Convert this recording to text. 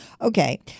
Okay